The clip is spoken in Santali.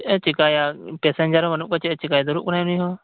ᱪᱮᱫ ᱮᱭ ᱪᱮᱠᱟᱭᱟ ᱯᱮᱥᱮᱧᱡᱟᱨ ᱦᱚᱸ ᱵᱟᱹᱱᱩᱜ ᱠᱚᱣᱟ ᱫᱩᱲᱩᱯ ᱠᱟᱱᱟᱭ ᱩᱱᱤ ᱦᱚᱸ